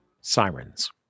Sirens